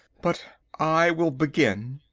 but i will begin.